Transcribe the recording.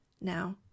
now